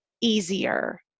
easier